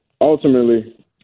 Ultimately